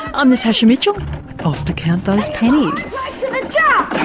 i'm natasha mitchell off to count those pennies yeah